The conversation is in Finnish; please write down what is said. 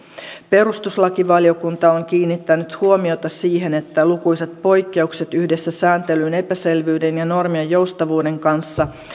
perustuslakivaliokunta on kiinnittänyt huomiota siihen että lukuisat poikkeukset yhdessä sääntelyn epäselvyyden ja normien joustavuuden kanssa